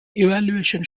evaluation